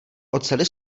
oceli